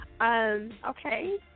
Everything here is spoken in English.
Okay